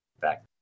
back